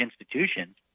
institutions